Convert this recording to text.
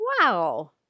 wow